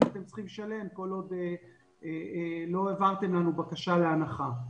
שאנחנו צריכים לשלם כל עוד לא העברנו להם בקשה להנחה.